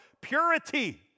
Purity